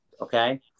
okay